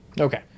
Okay